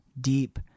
deep